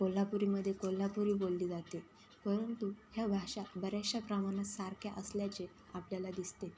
कोल्हापूरमध्ये कोल्हापूरी बोलली जाते परंतु ह्या भाषा बऱ्याचश्या प्रमाणात सारख्या असल्याचे आपल्याला दिसते